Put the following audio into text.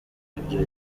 ibyo